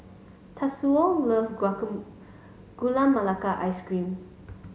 Tatsuo love Gula Melaka Ice Cream